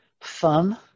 fun